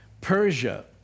Persia